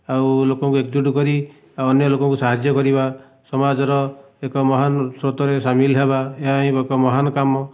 ଆଉ ଲୋକଙ୍କୁ ଏକଜୁଟ କରି ଆଉ ଅନ୍ୟ ଲୋକଙ୍କୁ ସାହାଯ୍ୟ କରିବା ସମାଜର ଏକ ମହାନ ଶ୍ରୋତରେ ସାମିଲ ହେବା ଏହା ହିଁ ଏକ ମହାନ କାମ